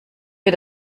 wir